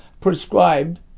prescribed